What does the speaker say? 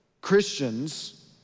Christians